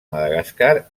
madagascar